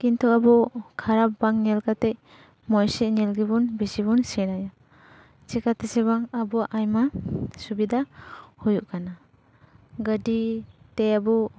ᱠᱤᱱᱛᱩ ᱟᱵᱚ ᱠᱷᱟᱨᱟᱯ ᱵᱟᱝ ᱧᱮᱞ ᱠᱟᱛᱮᱫ ᱢᱚᱡᱽ ᱥᱮᱫ ᱧᱮᱞ ᱜᱮ ᱵᱤᱥᱤ ᱵᱚᱱ ᱥᱮᱬᱟᱭᱟ ᱪᱮᱠᱟᱛᱮᱥᱮ ᱵᱟᱝ ᱟᱵᱚ ᱟᱭᱢᱟ ᱥᱩᱵᱤᱫᱷᱟ ᱦᱩᱭᱩᱜ ᱠᱟᱱᱟ ᱜᱟᱹᱰᱤᱛᱮ ᱟᱵᱚ